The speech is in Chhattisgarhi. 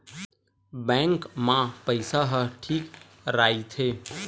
बैंक मा पईसा ह ठीक राइथे?